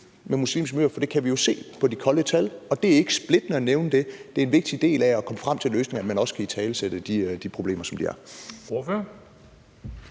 med muslimske miljøer, for det kan vi jo se på de kolde tal. Og det er ikke splittende at nævne det. Det er en vigtig del af at komme frem til løsninger, at man også kan italesætte problemerne, som de er.